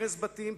הרס בתים,